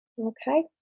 Okay